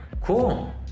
Cool